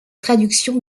traductions